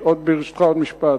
ברשותך, עוד משפט.